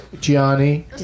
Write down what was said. Gianni